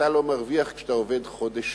אתה לא מרוויח כשאתה עובד חודש שלם,